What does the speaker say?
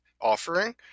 offering